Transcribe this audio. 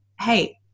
hey